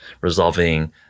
resolving